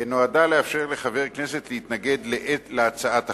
נועדה לאפשר לחבר כנסת להתנגד להצעת החוק,